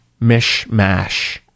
mishmash